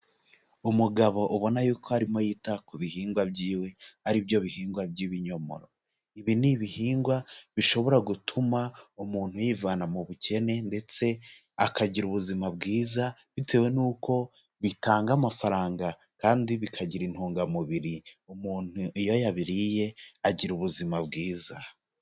Umugabo ubona yuko arimo yita ku bihingwa byiwe ari byo bihingwa by'ibinyomoro, ibi ni ibihingwa bishobora gutuma umuntu yivana mu bukene ndetse akagira ubuzima bwiza, bitewe nuko bitanga amafaranga kandi bikagira intungamubiri, umuntu iyo yabiriye agira ubuzima bwiza.